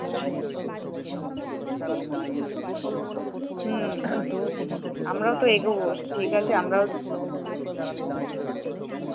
আচ্ছা হুম আমরাও তো এগোবো স ঠিক আছে আমরাও